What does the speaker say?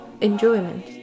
enjoyment